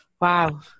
Wow